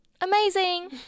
Amazing